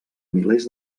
milers